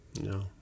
no